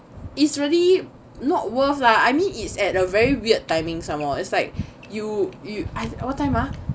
is really not worth lah I mean it's at a very weird timing some more it's like you you what time ah